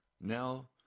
now